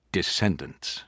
Descendants